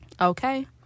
Okay